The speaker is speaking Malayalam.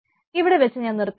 ഇവിടെവെച്ച് ഞാൻ നിർത്തുകയാണ്